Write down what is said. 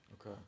Okay